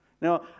Now